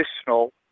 additional